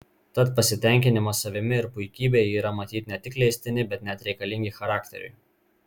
tad pasitenkinimas savimi ir puikybė yra matyt ne tik leistini bet net reikalingi charakteriui